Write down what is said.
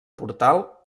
portal